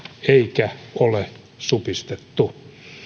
eikä ole supistettu